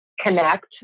connect